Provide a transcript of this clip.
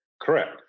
Correct